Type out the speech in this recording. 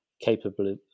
capable